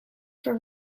for